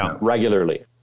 regularly